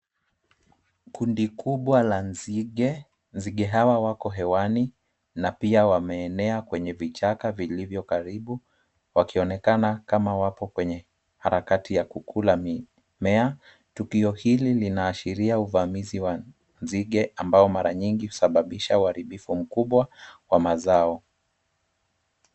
Kundi kubwa la nzige, nzige hawa wako hewani na pia wameenea kwenye vichaka viliyo karibu, wakionekana kama wako kwenye harakati ya kukula mimea. Tukio hili linaashiria uvamizi wa nzige ambao mara nyingi husababisha uharibifu mkubwa wa mazao.